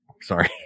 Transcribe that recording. sorry